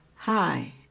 hi